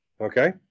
Okay